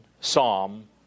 Psalm